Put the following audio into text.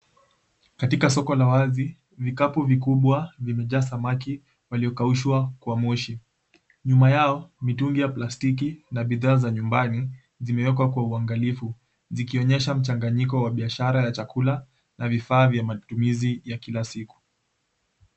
Katika soko la wazi, vikapu vikubwa vimejaa samaki waliokaushwa kwa moshi. Nyuma yao, mitungi ya plastiki na bidhaa za nyumbani zimewekwa kwa uangalifu zikionyesha mchanganyiko wa biashara ya chakula na vifaa vya matumizi ya kila siku.